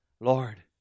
Lord